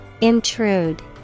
Intrude